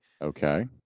Okay